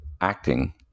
acting